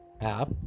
app